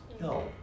no